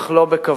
אך לא בכבוד.